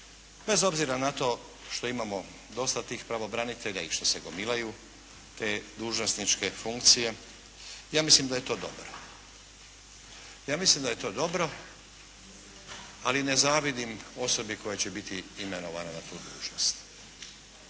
Bez obzira što imamo dosta tih pravobranitelja i što se gomilaju te dužnosničke funkcije ja mislim da je to dobro. Ja mislim da je to dobro, ali ne zavidim osobi koja će biti imenovana na tu dužnost.